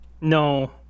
no